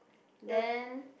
then